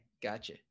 Gotcha